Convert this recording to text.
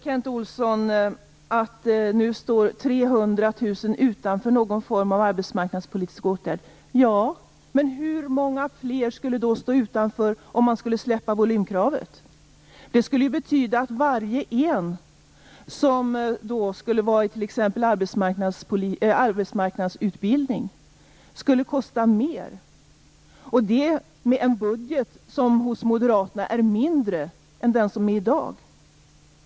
Kent Olsson säger att 300 000 människor nu står utanför någon form av arbetsmarknadspolitisk åtgärd. Ja, men hur många fler skulle då stå utanför om man skulle släppa volymkravet? Det skulle ju betyda att var och en som gick på arbetsmarknadsutbildning skulle kosta mer, och det med en budget som enligt moderaternas förslag är mindre än den som är i dag.